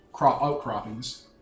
outcroppings